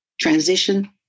transition